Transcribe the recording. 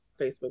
Facebook